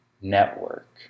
network